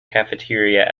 cafeteria